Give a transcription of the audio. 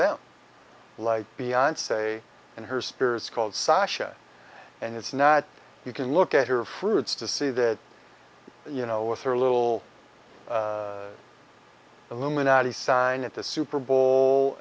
them like beyond say and her spirit is called sasha and it's not you can look at her fruits to see that you know with her a little illuminati sign at the super bowl